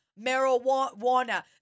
Marijuana